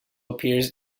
appears